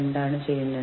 ഇതാണ് അജണ്ട